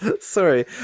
Sorry